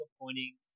pointing